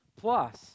plus